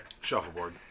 Shuffleboard